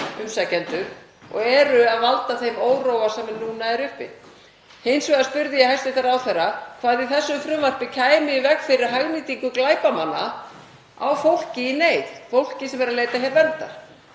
hér eru og eru að valda þeim óróa sem núna eru uppi. Hins vegar spurði ég hæstv. ráðherra hvað í þessu frumvarpi kæmi í veg fyrir hagnýtingu glæpamanna á fólki í neyð, fólki sem leitar hér verndar.